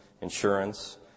insurance